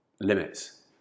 limits